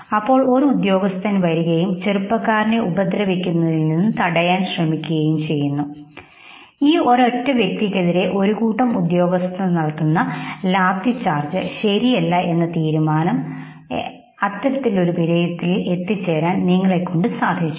അപ്പോൾ ഒരു ഉദ്യോഗസ്ഥൻ വരുന്നു ചെറുപ്പക്കാരനെ ഉപദ്രവിക്കിക്കുന്നതിൽ നിന്നും തടയാൻ ശ്രമിക്കുന്നു ഈ ഒരൊറ്റ വ്യക്തിയ്ക്കെതിരെ ഒരു കൂട്ടം ഉദ്യോഗസ്ഥർ നടത്തുന്ന ലാത്തി ചാർജ് ശരിയല്ല എന്ന തീരുമാനം വിലയിരുത്തളിൽ നിങ്ങൾക്ക് എത്തിച്ചേരാൻ കഴിഞ്ഞു